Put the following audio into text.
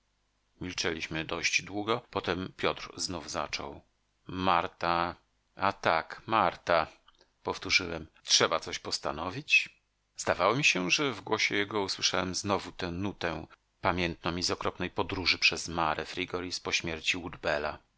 milczeliśmy dość długo potem piotr znów zaczął marta a tak marta powtórzyłem trzeba coś postanowić zdawało mi się że w głosie jego usłyszałem znowu tę nutę pamiętną mi z okropnej podróży przez mare frigoris po śmierci